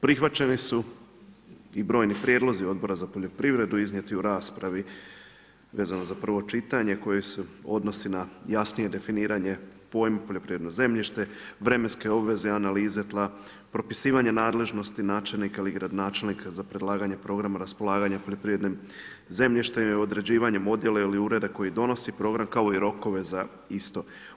Prihvaćeni su i brojni prijedlozi Odbora za poljoprivredu iznijeti u raspravi vezano za prvo čitanje koji se odnose na jasnije definiranje pojma poljoprivredno zemljište, vremenske obveze, analize tla, propisivanje nadležnosti načelnika ili gradonačelnika za predlaganje programa raspolaganja poljoprivrednim zemljištem, određivanjem odjela ili ureda koji donosi program kao i rokove za isto.